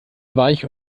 weich